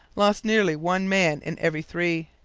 lost nearly one man in every three.